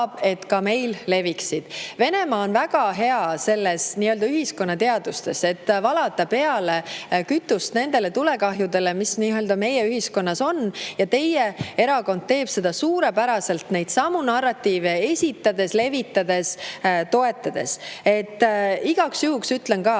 need ka meil leviksid. Venemaa on väga hea selles nii-öelda ühiskonnateaduses, et valada kütust juurde nendele tulekahjudele, mis meie ühiskonnas on. Ja teie erakond teeb seda suurepäraselt neidsamu narratiive esitades, levitades, toetades. Igaks juhuks ütlen ka,